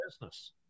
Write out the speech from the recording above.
business